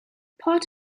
part